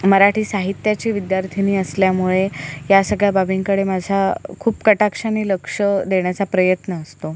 मराठी साहित्याची विद्यार्थिनी असल्यामुळे या सगळ्या बाबींकडे माझा खूप कटाक्षाने लक्ष देण्याचा प्रयत्न असतो